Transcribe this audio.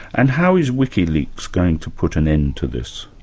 and how is wikileaks going to put an end to this?